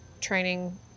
training